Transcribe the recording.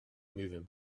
moving